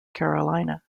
carolina